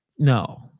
No